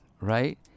right